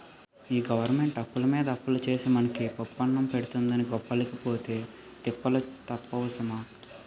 ఈ గవరమెంటు అప్పులమీద అప్పులు సేసి మనకు పప్పన్నం పెడతందని గొప్పలకి పోతే తిప్పలు తప్పవు సుమా